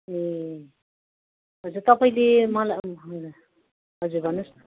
ए हजुर तपाईँले मलाई हजुर हजुर भन्नुहोस् न